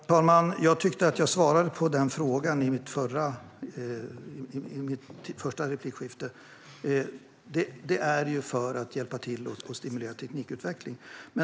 Herr talman! Jag tyckte att jag svarade på den frågan i min första replik: Det är för att hjälpa till att stimulera teknikutveckling.